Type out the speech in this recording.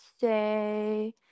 say